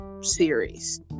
series